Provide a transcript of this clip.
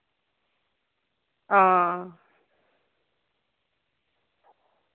हां